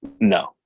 No